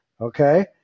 Okay